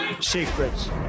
secrets